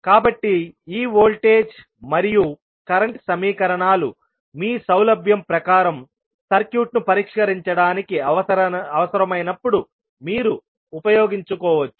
కాబట్టి ఈ వోల్టేజ్ మరియు కరెంట్ సమీకరణాలు మీ సౌలభ్యం ప్రకారం సర్క్యూట్ను పరిష్కరించడానికి అవసరమైనప్పుడు మీరు ఉపయోగించవచ్చు